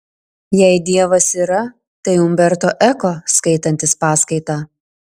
jei dievas yra tai umberto eko skaitantis paskaitą